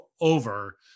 over